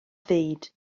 fyd